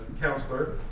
counselor